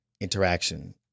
interaction